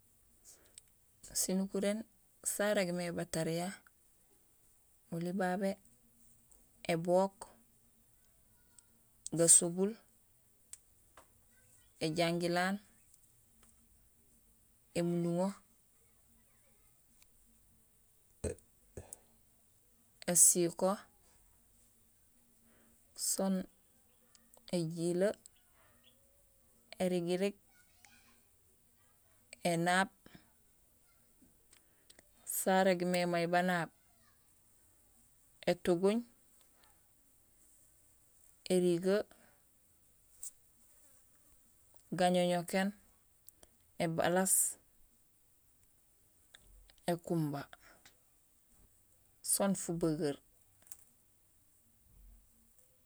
Sinukuréén sarégmé batariya; oli babé ébook, gasobul, éjangilaan, émunduŋo, ésiko soon éjilee, érigirig, énaab. Sarégmé banaab: étuguñ, érigee, gañoñokéén, ébalaas, ékumba soon fubageer